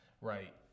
right